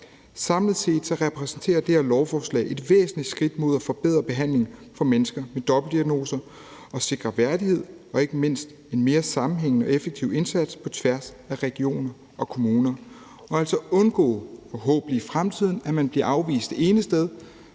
Samlet set repræsenterer det her lovforslag et væsentligt skridt mod at forbedre behandlingen for mennesker med dobbeltdiagnoser og mod at sikre værdighed og ikke mindst en mere sammenhængende og effektiv indsats på tværs af regioner og kommuner, så vi altså forhåbentlig i fremtiden undgår, at man bliver afvist det ene sted